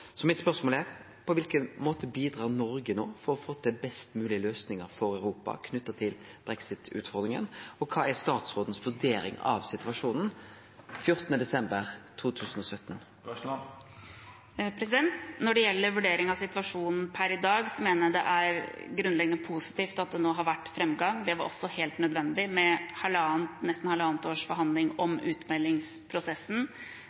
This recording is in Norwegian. På kva måte bidrar Noreg no for å få til best moglege løysingar for Europa knytte til brexit-utfordringa, og kva er statsråden si vurdering av situasjonen 14. desember 2017? Når det gjelder vurdering av situasjonen per i dag, mener jeg det er grunnleggende positivt at det nå har vært framgang. Det var også helt nødvendig etter nesten halvannet års forhandling